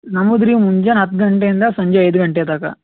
ನಮ್ಮದು ರೀ ಮುಂಜಾನೆ ಹತ್ತು ಗಂಟೆಯಿಂದ ಸಂಜೆ ಐದು ಗಂಟೆ ತನಕ